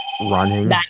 running